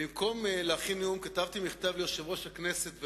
במקום להכין נאום כתבתי מכתב ליושב-ראש הכנסת,